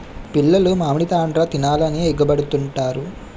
పిల్లలు మామిడి తాండ్ర తినాలని ఎగబడుతుంటారు